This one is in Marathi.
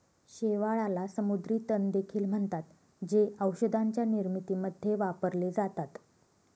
शेवाळाला समुद्री तण देखील म्हणतात, जे औषधांच्या निर्मितीमध्ये वापरले जातात